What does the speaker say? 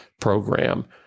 program